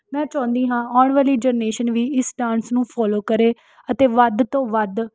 ਮੈਂ ਚਾਹੁੰਦੀ ਹਾਂ ਆਉਣ ਵਾਲੀ ਜਨਰੇਸ਼ਨ ਵੀ ਇਸ ਡਾਂਸ ਨੂੰ ਫੋਲੋ ਕਰੇ ਅਤੇ ਵੱਧ ਤੋਂ ਵੱਧ